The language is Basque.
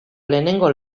lehenengo